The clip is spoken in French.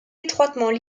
étroitement